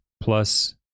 plus